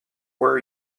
where